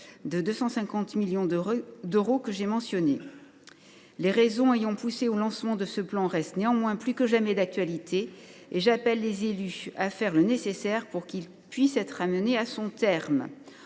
de 250 millions d’euros que j’ai mentionnée. Les raisons ayant poussé au lancement de ce plan restent néanmoins plus que jamais d’actualité, et j’appelle les élus à faire le nécessaire pour que celui ci puisse être mené à son terme.